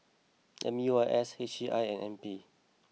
M U I S H C I and N P